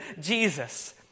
Jesus